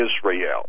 Israel